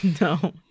No